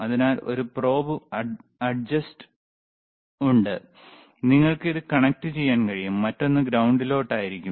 അതിനാൽ ഒരു probe adjust ഉണ്ട് നിങ്ങൾക്ക് ഇത് കണക്റ്റുചെയ്യാൻ കഴിയും മറ്റൊന്ന് ഗ്രൌണ്ടിലോട്ടു ആയിരിക്കും